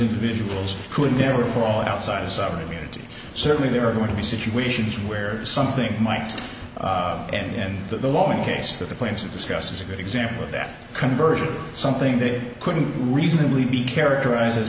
individuals could never fall outside of sovereign immunity certainly there are going to be situations where something might end in the law in case that the points are discussed is a good example of that conversion something that couldn't reasonably be characterized as